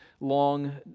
long